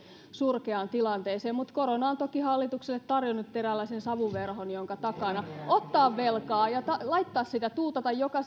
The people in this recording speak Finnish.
surkeaan tilanteeseen mutta korona on toki hallitukselle tarjonnut eräänlaisen savuverhon jonka takana ottaa velkaa ja laittaa sitä tuutata sitä joka